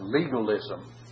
legalism